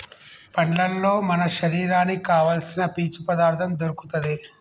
పండ్లల్లో మన శరీరానికి కావాల్సిన పీచు పదార్ధం దొరుకుతది